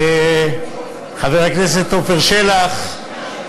חבר הכנסת עפר שלח,